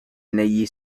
negli